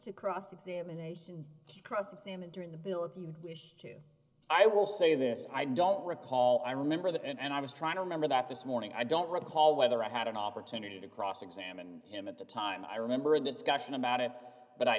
to cross examination to cross examine during the bill if you wish to i will say this i don't recall i remember that and i was trying to remember that this morning i don't recall whether i had an opportunity to cross examine him at the time i remember a discussion about it but i